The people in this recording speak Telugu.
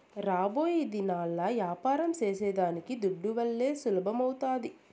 రాబోయేదినాల్ల యాపారం సేసేదానికి దుడ్డువల్లే సులభమౌతాది